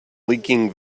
leaking